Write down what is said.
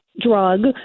drug